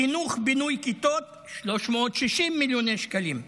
חינוך, בינוי כיתות, 360 מיליוני שקלים,